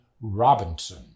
Robinson